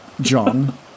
John